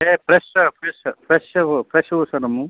ಏ fresh fresh fresh ಹೂ fresh ಹೂ ಸರ್ ನಮ್ಮ ಹೂ